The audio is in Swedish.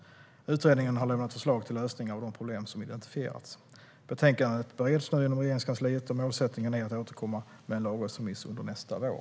Utredningen har lämnat förslag till lösningar av de problem som identifierats. Betänkandet bereds nu inom Regeringskansliet. Målsättningen är att återkomma med en lagrådsremiss under nästa vår.